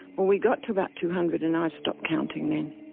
well, we got to about two hundred and i stopped counting then.